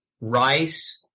rice –